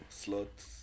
slots